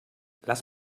lass